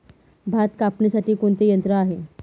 भात कापणीसाठी कोणते यंत्र आहे?